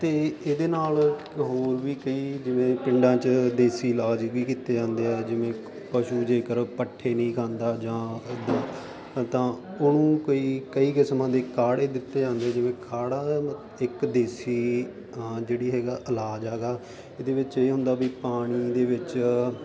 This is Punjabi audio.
ਤੇ ਇਹਦੇ ਨਾਲ ਹੋਰ ਵੀ ਕਈ ਜਿਵੇਂ ਪਿੰਡਾਂ 'ਚ ਦੇਸੀ ਇਲਾਜ ਵੀ ਕੀਤੇ ਜਾਂਦੇ ਆ ਜਿਵੇਂ ਪਸ਼ੂ ਜੇ ਕਰ ਉਹ ਪੱਠੇ ਨਹੀਂ ਖਾਂਦਾ ਜਾਂ ਇੱਦਾਂ ਤਾਂ ਉਹਨੂੰ ਕੋਈ ਕਈ ਕਿਸਮਾਂ ਦੇ ਕਾੜੇ ਦਿੱਤੇ ਜਾਂਦੇ ਜਿਵੇਂ ਕਾੜਾ ਇੱਕ ਦੇਸੀ ਜਿਹੜੀ ਹੈਗਾ ਇਲਾਜ ਹੈਗਾ ਇਹਦੇ ਵਿੱਚ ਇਹ ਹੁੰਦਾ ਵੀ ਪਾਣੀ ਦੇ ਵਿੱਚ